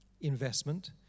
investment